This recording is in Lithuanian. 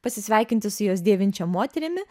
pasisveikinti su juos dėvinčia moterimi